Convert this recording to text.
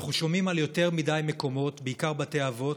אנחנו שומעים על יותר מדי מקומות, בעיקר בתי אבות,